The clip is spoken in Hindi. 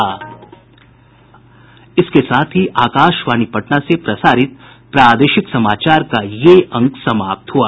इसके साथ ही आकाशवाणी पटना से प्रसारित प्रादेशिक समाचार का ये अंक समाप्त हुआ